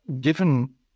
given